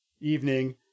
evening